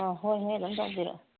ꯑꯣ ꯍꯣꯏ ꯍꯣꯏ ꯑꯗꯨꯝ ꯇꯧꯕꯤꯔꯣ